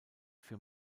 für